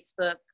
Facebook